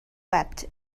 wept